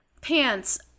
pants